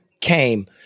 came